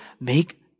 make